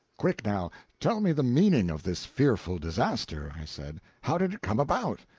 quick, now, tell me the meaning of this fearful disaster, i said. how did it come about?